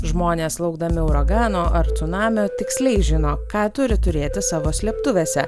žmonės laukdami uragano ar cunamio tiksliai žino ką turi turėti savo slėptuvėse